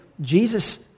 Jesus